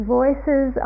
voices